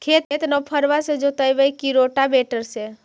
खेत नौफरबा से जोतइबै की रोटावेटर से?